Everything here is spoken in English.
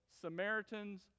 Samaritans